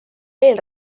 veel